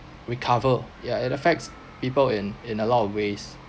recover ya it affects people in in a lot of ways